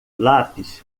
lápis